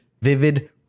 vivid